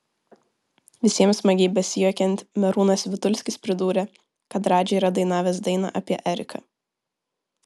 visiems smagiai besijuokiant merūnas vitulskis pridūrė kad radži yra dainavęs dainą apie eriką